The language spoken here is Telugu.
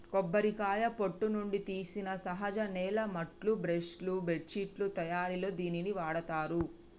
కొబ్బరికాయ పొట్టు నుండి తీసిన సహజ నేల మాట్లు, బ్రష్ లు, బెడ్శిట్లు తయారిలో దీనిని వాడతారు